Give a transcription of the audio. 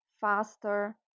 faster